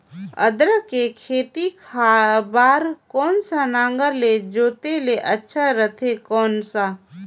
अदरक के खेती बार कोन सा नागर ले जोते ले अच्छा रथे कौन?